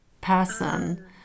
person